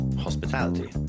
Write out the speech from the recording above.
Hospitality